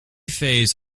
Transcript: phase